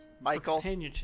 Michael